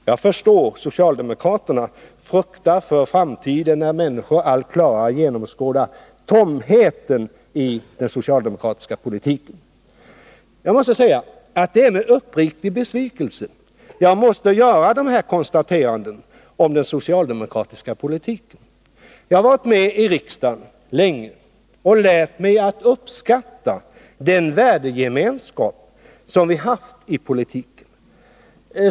Jag förstår om socialdemokraterna fruktar för framtiden när människorna allt klarare genomskådar tomheten i den socialdemokratiska politiken. Det är med uppriktig besvikelse jag måste göra dessa konstateranden om den socialdemokratiska politiken. Jag har varit med i riksdagen länge och lärt mig uppskatta den värdegemenskap som vi haft i politiken.